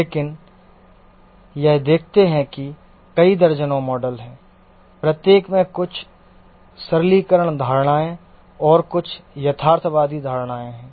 लेकिन यह देखते हैं कि कई दर्जनों मॉडल है प्रत्येक में कुछ सरलीकरण धारणाएं और कुछ यथार्थवादी धारणाएं हैं